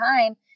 time